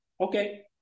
okay